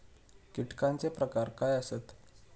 कीटकांचे प्रकार काय आसत?